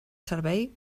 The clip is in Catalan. servei